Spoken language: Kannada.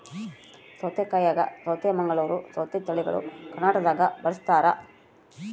ಸೌತೆಕಾಯಾಗ ಸೌತೆ ಮಂಗಳೂರ್ ಸೌತೆ ತಳಿಗಳು ಕರ್ನಾಟಕದಾಗ ಬಳಸ್ತಾರ